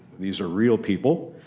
these are real people,